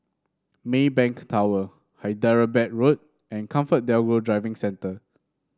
Maybank Tower Hyderabad Road and ComfortDelGro Driving Centre